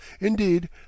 indeed